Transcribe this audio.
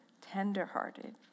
tenderhearted